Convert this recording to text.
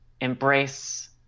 embrace